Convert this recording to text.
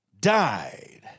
died